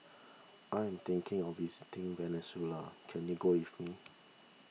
I am thinking of visiting Venezuela can you go with me